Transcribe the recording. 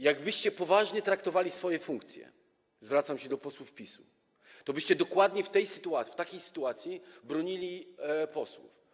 Jakbyście poważnie traktowali swoje funkcje - zwracam się do posłów PiS-u - tobyście dokładnie w takiej sytuacji bronili posłów.